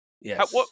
Yes